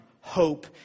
hope